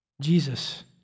Jesus